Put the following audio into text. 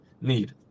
need